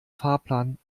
fahrplan